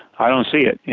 i don't see it.